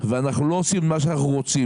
ואנחנו לא עושים מה שאנחנו רוצים.